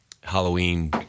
Halloween